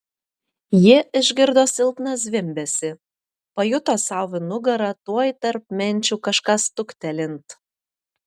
ji išgirdo silpną zvimbesį pajuto sau į nugarą tuoj tarp menčių kažką stuktelint